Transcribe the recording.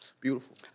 Beautiful